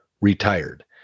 retired